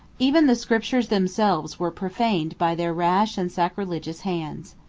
even the scriptures themselves were profaned by their rash and sacrilegious hands.